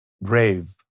brave